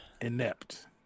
Inept